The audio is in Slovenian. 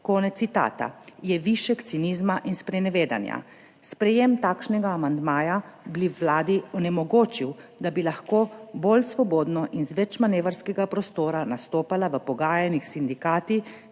konec citata, je višek cinizma in sprenevedanja. Sprejem takšnega amandmaja bi vladi onemogočil, da bi lahko bolj svobodno in z več manevrskega prostora nastopala v pogajanjih s sindikati